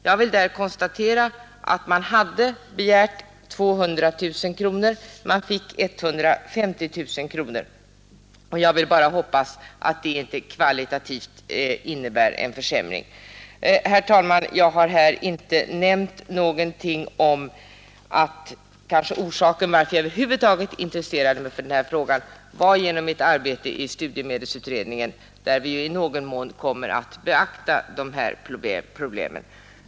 Jag vill konstatera att man hade begärt 200 000 kronor. Man fick 150 000 kronor. Jag vill bara hoppas att det inte innebär en försämring kvalitativt. Herr talman! Jag har här inte nämnt någonting om att orsaken till att jag kanske över huvud taget intresserade mig för den här frågan var mitt 197 arbete i studiemedelsutredningen, där vi i någon mån kommer att beakta de här problemen.